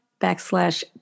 backslash